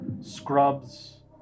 Scrubs